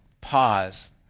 pause